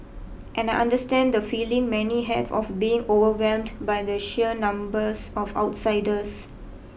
and I understand the feeling many have of being overwhelmed by the sheer numbers of outsiders